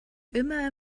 immer